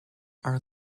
are